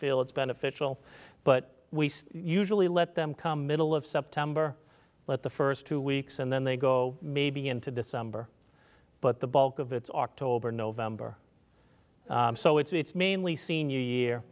feel it's beneficial but we usually let them come middle of september but the first two weeks and then they go maybe into december but the bulk of it's october november so it's mainly senior year